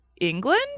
England